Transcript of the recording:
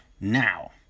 now